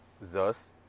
Thus